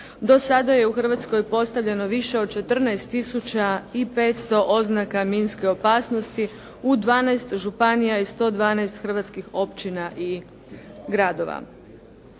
Do sada je u Hrvatskoj postavljeno više od 14 tisuća i 500 oznaka minske opasnosti u 12 županija i 112 hrvatskih općina i gradova.